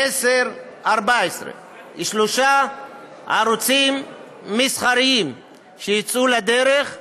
עשר, 14. שלושה ערוצים מסחריים יצאו לדרך,